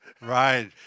Right